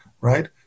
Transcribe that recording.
right